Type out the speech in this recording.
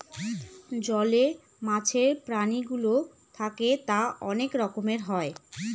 জলে মাছের প্রাণীগুলো থাকে তা অনেক রকমের হয়